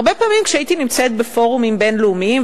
הרבה פעמים כשהייתי בפורומים בין-לאומיים,